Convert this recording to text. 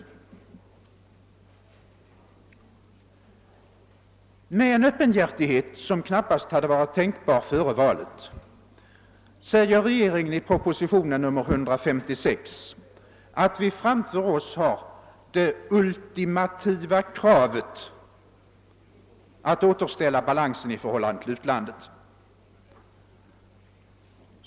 Med en öppenhjärtighet, som knappast hade varit tänkbar före valet, uttalar regeringen i propositionen 156 att vi framför oss har »det ultimativa kravet» att återställa balansen i förhållandet med utlandet.